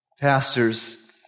Pastors